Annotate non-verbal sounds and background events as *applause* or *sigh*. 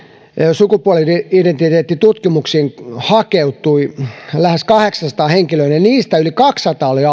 sukupuoli identiteettitutkimuksiin hakeutui lähes kahdeksansataa henkilöä ja heistä yli kaksisataa oli *unintelligible*